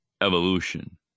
evolution